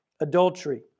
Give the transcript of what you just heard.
adultery